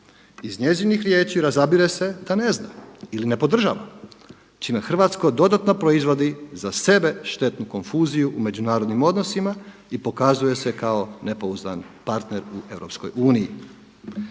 Iz njezinih riječi razabire se da ne zna ili ne podržava čime Hrvatskoj dodatno proizvodi za sebe štetnu konfuziju u međunarodnim odnosima i pokazuje se kao nepouzdan partner u EU.